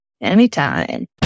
Anytime